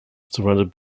surrounded